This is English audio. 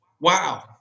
Wow